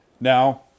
Now